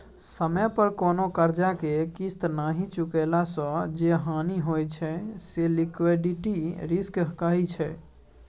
समय पर कोनो करजा केँ किस्त नहि चुकेला सँ जे हानि होइ छै से लिक्विडिटी रिस्क कहाइ छै